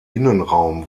innenraum